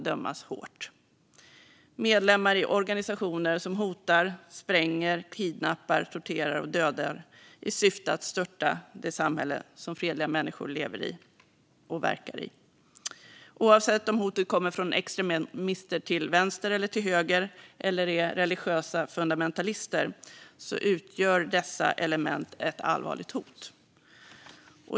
Det gäller medlemmar i organisationer som hotar, spränger, kidnappar, torterar och dödar, i syfte att störta det samhälle som fredliga människor lever och verkar i. Oavsett om hotet kommer från extremister till vänster eller till höger eller är religiösa fundamentalister utgör dessa element ett allvarligt hot.